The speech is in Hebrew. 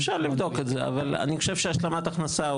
אפשר לבדוק את זה אבל אני חושב שהמדד של השלמת הכנסה,